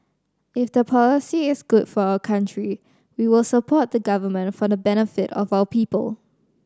if the policy is good for our country we will support the Government for the benefit of our people